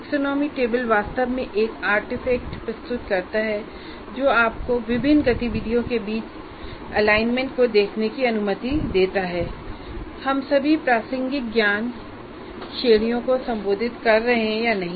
taxonomy table वास्तव में एक आर्टिफैक्ट प्रस्तुत करता है जो आपको विभिन्न गतिविधियों के बीच संरेखण को देखने की अनुमति देता है या हम सभी प्रासंगिक ज्ञान श्रेणियों को संबोधित कर रहे हैं या नहीं